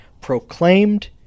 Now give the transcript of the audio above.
proclaimed